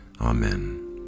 Amen